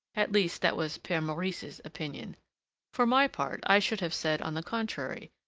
at least, that was pere maurice's opinion for my part, i should have said, on the contrary,